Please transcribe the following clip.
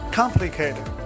complicated